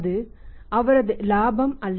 இது அவரது இலாபம் அல்ல